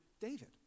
David